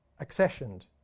accessioned